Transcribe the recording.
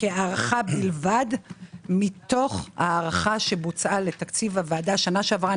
כהערכה בלבד מתוך הערכה שבוצעה שנה שעברה.